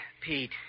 Pete